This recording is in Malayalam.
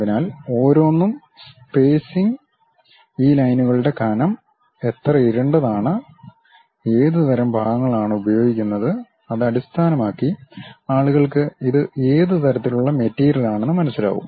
അതിനാൽ ഓരോന്നും സ്പേസിംഗ് ഈ ലൈനുകളുടെ കനം എത്ര ഇരുണ്ടതാണ് ഏത് തരം ഭാഗങ്ങളാണ് ഉപയോഗിക്കുന്നത് അത് അടിസ്ഥാനമാക്കി ആളുകൾക്ക് ഇത് ഏത് തരത്തിലുള്ള മെറ്റീരിയലാണെന്ന് മനസ്സിലാകും